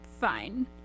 fine